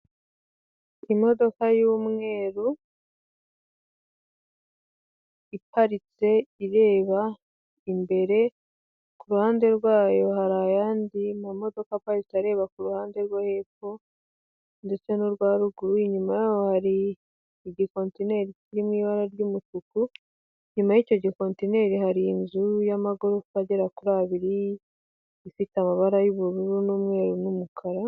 Imodoka y'umweru iparitse ireba imbere, ku ruhande rwayo hari ayandi ma modoka aparitse areba kuhande rwo hepfo ndetse n'urwa ruguru, inyuma yaho hari igikontineri kiri mu ibara ry'umutuku, inyuma y'icyo gikontineri hari inzu y'amagorofa agera kuri abiri, ifite amabara y'ubururu n'umweru n'umukara.